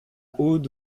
haute